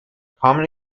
common